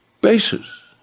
basis